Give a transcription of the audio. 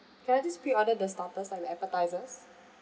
can I just pre-order the starters like the appetisers